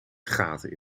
gaten